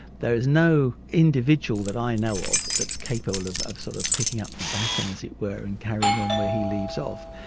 there is no individual that i know of that's capable of of sort of picking up the baton, as it were, and carrying on where he leaves off.